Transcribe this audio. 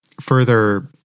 further